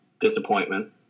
Disappointment